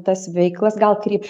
tas veiklas gal kaip